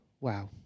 wow